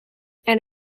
and